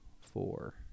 four